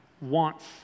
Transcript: wants